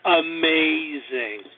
amazing